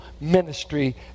ministry